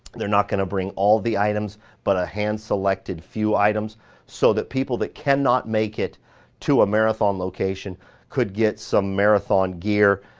they're not gonna bring all the items but a hand selected few items so that people that can not make it to a marathon location location could get some marathon gear.